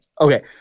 Okay